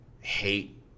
hate